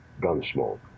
Gunsmoke